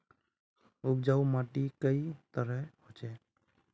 उपजाऊ माटी कई तरहेर होचए?